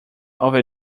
over